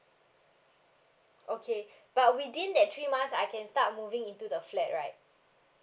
okay but within that three months I can start moving into the flat right